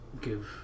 give